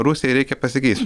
rusijai reikia pasikeist